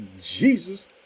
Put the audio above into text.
Jesus